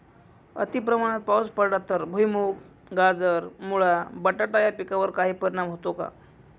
अतिप्रमाणात पाऊस पडला तर भुईमूग, गाजर, मुळा, बटाटा या पिकांवर काही परिणाम होतो का?